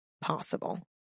possible